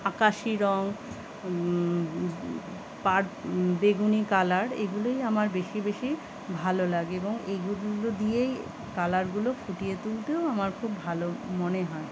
আকাশি রং পার বেগুনি কালার এগুলোই আমার বেশি বেশি ভালো লাগে এবং এগুলো দিয়েই কালারগুলো ফুটিয়ে তুলতেও আমার খুব ভালো মনে হয়